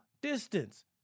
distance